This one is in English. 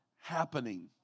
happening